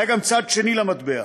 היה גם צד שני למטבע.